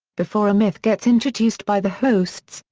before a myth gets introduced by the hosts,